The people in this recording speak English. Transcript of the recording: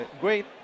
great